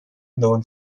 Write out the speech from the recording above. known